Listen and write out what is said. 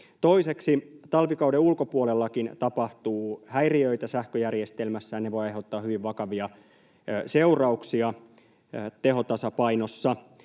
Toiseksi: Talvikauden ulkopuolellakin tapahtuu häiriöitä sähköjärjestelmässä, ja ne voivat aiheuttaa hyvin vakavia seurauksia tehotasapainossa.